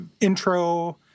intro